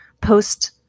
post